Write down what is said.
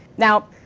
now,